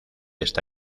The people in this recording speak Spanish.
esta